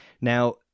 Now